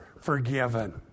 forgiven